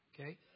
okay